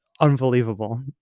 unbelievable